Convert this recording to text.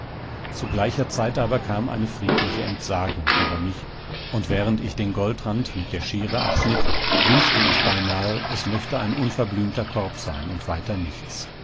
zu gleicher zeit aber kam eine friedliche entsagung über mich und während ich den goldrand mit der schere abschnitt wünschte ich beinahe es möchte ein unverblümter korb sein und weiter nichts